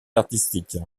artistique